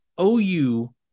OU